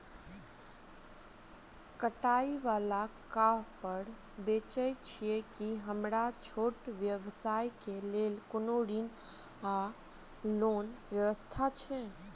कढ़ाई वला कापड़ बेचै छीयै की हमरा छोट व्यवसाय केँ लेल कोनो ऋण वा लोन व्यवस्था छै?